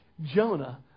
Jonah